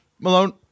Malone